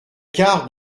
quart